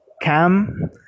Cam